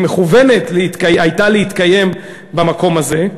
היא מכוונת הייתה להתקיים במקום הזה.